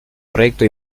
recto